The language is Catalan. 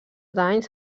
danys